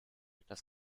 das